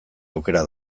aukera